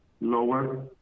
lower